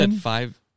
five